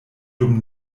dum